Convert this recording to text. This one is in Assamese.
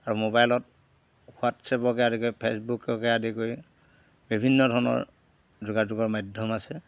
আৰু মোবাইলত হোৱাটছএপকে আদি কৰি ফেচবুককে আদি কৰি বিভিন্ন ধৰণৰ যোগাযোগৰ মাধ্যম আছে